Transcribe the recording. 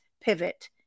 pivot